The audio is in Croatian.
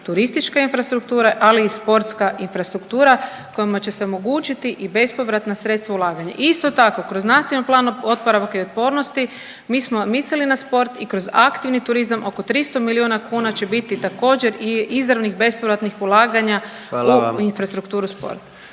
turističke infrastrukture, ali i sportska infrastruktura kojima će se omogućiti i bespovratna sredstva ulaganja. Isto tako kroz NPOO mi smo mislili na sport i kroz aktivni turizam oko 300 milijuna kuna će biti također i izravnih bespovratnih ulaganja u infrastrukturu sport.